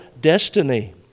destiny